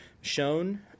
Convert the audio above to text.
shown